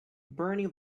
burning